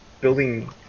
building